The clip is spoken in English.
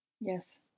Yes